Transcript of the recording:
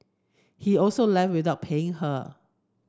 he also left without paying her